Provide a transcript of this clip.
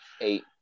eight